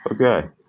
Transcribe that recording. Okay